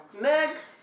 next